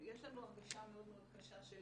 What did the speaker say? יש לנו הרגשה מאוד קשה של